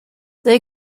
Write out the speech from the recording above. they